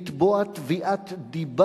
בין שתי דרכי השירות